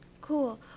Cool